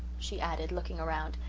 she added, looking around,